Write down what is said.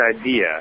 idea